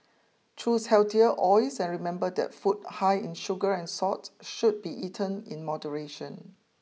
choose healthier oils and remember that food high in sugar and salt should be eaten in moderation